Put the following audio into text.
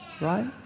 Right